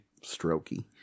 Strokey